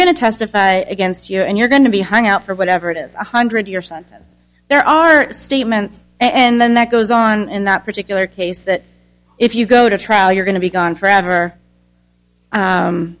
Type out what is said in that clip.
going to testify against your and you're going to be hung out for whatever it is one hundred year sentence there are statements and then that goes on in that particular case that if you go to trial you're going to be gone forever